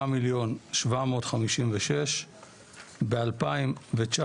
7,756,000. ב-2019